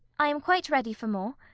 i am quite ready for more.